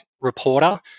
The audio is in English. reporter